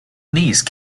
niece